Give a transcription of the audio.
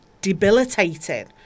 debilitating